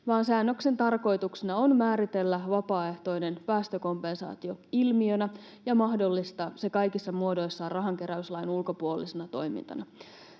vaan säännöksen tarkoituksena on määritellä vapaaehtoinen päästökompensaatio ilmiönä ja mahdollistaa se kaikissa muodoissaan rahankeräyslain ulkopuolisena toimintana.